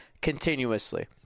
continuously